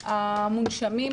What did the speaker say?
המונשמים,